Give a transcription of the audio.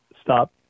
stop